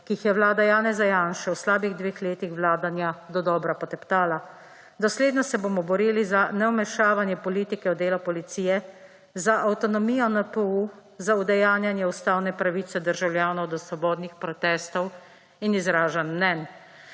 ki jih je vlada Janeza Janše v slabih dveh letih vladanja dodobra poteptala. Dosledno se bomo borili za nevmešavanje politike v delo policije, za avtonomijo NPU, za udejanjanje ustavne pravice državljanov do svobodnih protestov in izražanj mnenj.